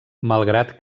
malgrat